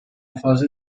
fase